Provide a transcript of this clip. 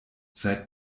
seit